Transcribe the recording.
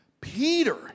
Peter